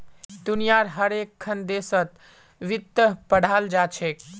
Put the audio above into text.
दुनियार हर एकखन देशत वित्त पढ़ाल जा छेक